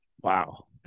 wow